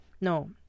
no